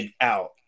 out